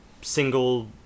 single